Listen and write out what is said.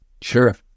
Sure